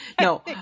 No